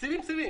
סיבים, סיבים.